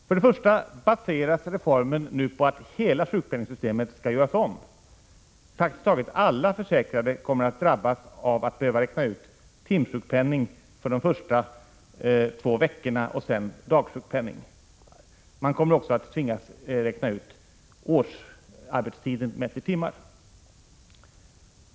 För det första baseras reformen nu på att hela sjukpenningssystemet skall göras om. Praktiskt taget alla försäkrade kommer att drabbas av att behöva räkna ut timsjukpenning för de första två veckorna och sedan dagsjukpenning. De kommer också att tvingas räkna ut årsarbetstiden mätt i timmar.